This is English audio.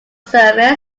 service